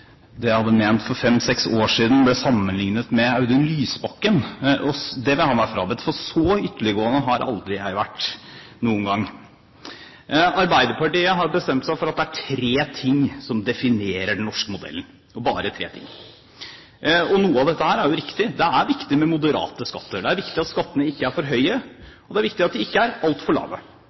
det jeg hadde ment for fem–seks år siden, ble sammenlignet med det Audun Lysbakken mente. Det vil jeg ha meg frabedt, for så ytterliggående har aldri jeg noen gang vært. Arbeiderpartiet har bestemt seg for at det er tre ting som definerer den norske modellen, og bare tre ting. Noe av dette er jo riktig. Det er viktig med moderate skatter. Det er viktig at skattene ikke er for høye, og det er viktig at de ikke er altfor lave.